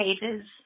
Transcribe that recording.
pages